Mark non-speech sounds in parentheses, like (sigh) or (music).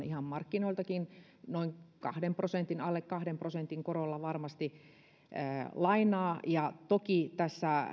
(unintelligible) ihan markkinoiltakin noin kahden prosentin alle kahden prosentin korolla (unintelligible) lainaa ja toki tässä